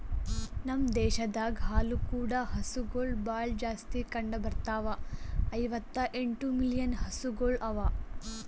ನಮ್ ದೇಶದಾಗ್ ಹಾಲು ಕೂಡ ಹಸುಗೊಳ್ ಭಾಳ್ ಜಾಸ್ತಿ ಕಂಡ ಬರ್ತಾವ, ಐವತ್ತ ಎಂಟು ಮಿಲಿಯನ್ ಹಸುಗೊಳ್ ಅವಾ